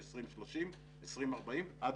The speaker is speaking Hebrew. ב-2030, 2040 עד